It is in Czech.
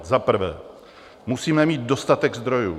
Za prvé musíme mít dostatek zdrojů.